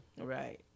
Right